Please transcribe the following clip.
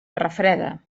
refreda